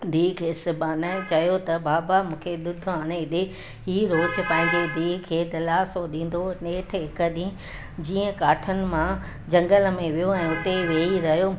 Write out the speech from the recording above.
धीअ ख़ेसि ॿानअ चयो त बाबा मूंखे ॾुधु आणे ॾे हीउ रोज़ु पंहिंजे धीअ खे दिलासो ॾींदो हो नेठि हिकु ॾींहुं जीअं काठिन मां झंगल में वियो ऐं उते ई वेही रहियो